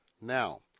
Now